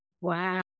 Wow